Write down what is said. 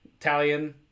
Italian